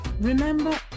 Remember